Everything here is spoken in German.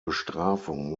bestrafung